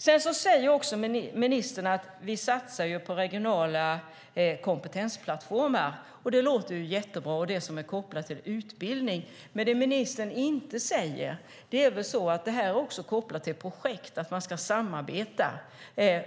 Sedan säger ministern att man satsar på regionala kompetensplattformar och att de är kopplade till utbildning. Det låter jättebra. Det ministern inte säger är att de också är kopplade till projekt, att man ska samarbeta